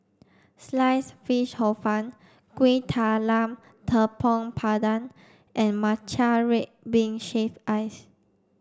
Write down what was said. Sliced Fish Hor Fun Kueh Talam Tepong Pandan and Matcha Red Bean Shaved Ice